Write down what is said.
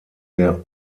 der